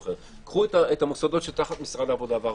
קחו את המוסדות שתחת משרד העבודה והרווחה.